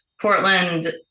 Portland